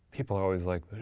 people are always like,